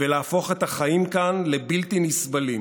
ולהפוך את החיים כאן לבלתי נסבלים,